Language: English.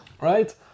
Right